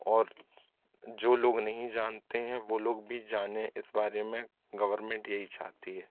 और जो लोग नहीं जानते है वो लोग भी जाने इस बारे में गवर्मेंट यही चाहती है